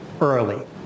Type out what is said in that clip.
early